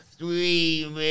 Three